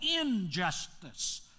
injustice